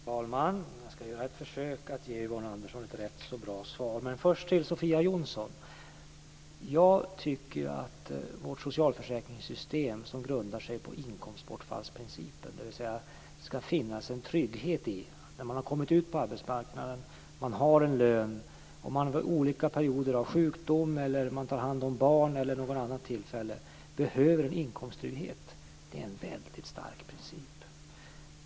Fru talman! Jag ska göra ett försök att ge Yvonne Andersson ett rätt så bra svar, men först till Sofia Vårt socialförsäkringssystem grundar sig på inkomstbortfallsprincipen. Det innebär att det ska finnas en trygghet för den som har kommit ut på arbetsmarknaden. Man har en lön under olika perioder av sjukdom, när man tar hand om barn eller när man vid något annat tillfälle behöver en inkomsttrygghet. Det är en väldigt stark princip.